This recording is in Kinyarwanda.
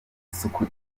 isuku